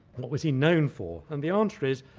what was he known for? and the answer is,